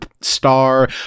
star